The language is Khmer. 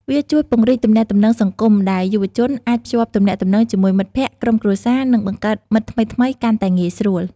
វាជួយពង្រីកទំនាក់ទំនងសង្គម ដែលយុវជនអាចភ្ជាប់ទំនាក់ទំនងជាមួយមិត្តភក្តិ ក្រុមគ្រួសារ និងបង្កើតមិត្តថ្មីៗកាន់តែងាយស្រួល។